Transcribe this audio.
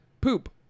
Poop